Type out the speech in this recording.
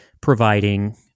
providing